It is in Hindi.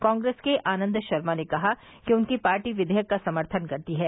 कांग्रेस के आनंद शर्मा ने कहा कि उनकी पार्टी विधेयक का समर्थन करती है